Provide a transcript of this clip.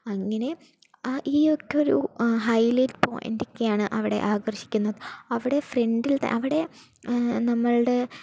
അങ്ങനെ ആ ഈ ഒക്കെ ഒരു ഹൈലൈറ്റ് പോയിൻ്റൊക്കെയാണ് അവിടെ ആകർഷിക്കുന്നത് അവിടെ ഫ്രണ്ടിൽ തന്നെ അവിടെ നമ്മളുടെ